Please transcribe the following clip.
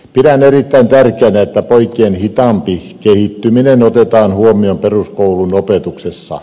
pidän erittäin tärkeänä että poikien hitaampi kehittyminen otetaan huomioon peruskoulun opetuksessa